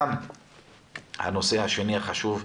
גם הנושא השני החשוב,